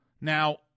Now